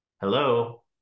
Hello